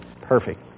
perfect